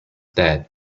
that